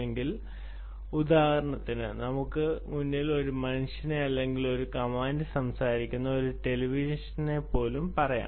എങ്കിൽ ഉദാഹരണത്തിന് നമുക്ക് മുന്നിൽ ഒരു മനുഷ്യൻ അല്ലെങ്കിൽ ഒരു കമാൻഡ് സംസാരിക്കുന്ന ഒരു ടെലിവിഷൻ ആകാം